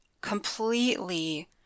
completely